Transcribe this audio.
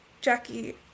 Jackie